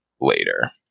later